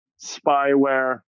spyware